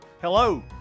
Hello